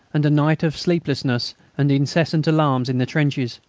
and a night of sleeplessness and incessant alarms in the trenches,